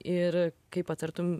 ir kaip patartum